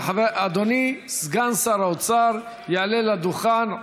אדוני סגן שר האוצר יעלה לדוכן,